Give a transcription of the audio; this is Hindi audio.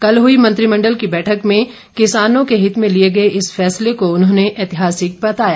कल हुई मंत्रिमंडल की बैठक में किसानों के हित में लिए गए इस फैसले को उन्होंने ऐतिहासिक बताया